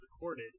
recorded